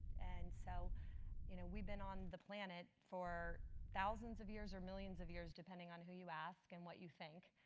and so you know we've been on the planet for thousands of years or millions of years depending on who you ask and what you think.